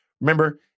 Remember